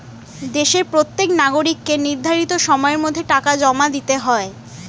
দেশের প্রত্যেক নাগরিককে নির্ধারিত সময়ের মধ্যে টাকা জমা দিতে হয়